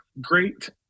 great